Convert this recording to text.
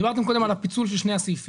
דיברתם קודם על הפיצול של שני הסעיפים,